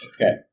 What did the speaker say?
Okay